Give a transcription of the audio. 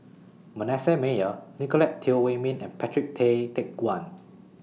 Manasseh Meyer Nicolette Teo Wei Min and Patrick Tay Teck Guan